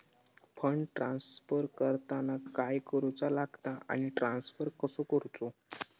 Fund transfer करताना काय करुचा लगता आनी ट्रान्स्फर कसो करूचो?